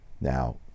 Now